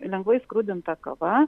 lengvai skrudinta kava